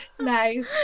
nice